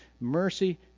mercy